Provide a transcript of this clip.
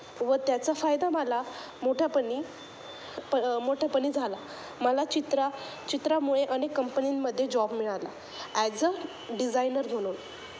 व त्याचा फायदा मला मोठेपणी प मोठेपणी झाला मला चित्रा चित्रामुळे अनेक कंपनींमध्ये जॉब मिळाला ॲज अ डिझायनर म्हणून